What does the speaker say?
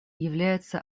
является